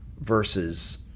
versus